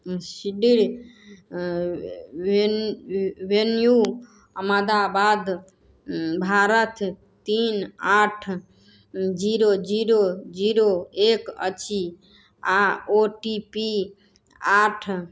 सिडिर venue Ahmedabad Bharat तीन आठ zero zero zero एक अछि आओर ओ टी पी आठ